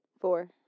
Four